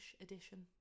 edition